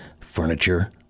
furniture